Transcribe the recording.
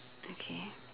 okay